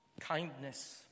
Kindness